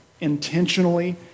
intentionally